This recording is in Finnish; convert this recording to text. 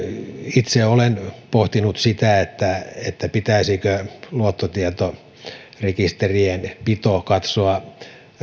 itse olen pohtinut sitä pitäisikö luottotietorekisterien pito katsoa